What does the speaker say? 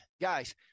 guys